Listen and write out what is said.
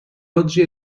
oggi